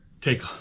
take